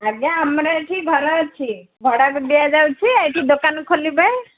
ଆଜ୍ଞା ଆମର ଏଠି ଘର ଅଛି ଭଡ଼ାକୁ ଦିଆଯାଉଛି ଏଠି ଦୋକାନ ଖୋଲିବେ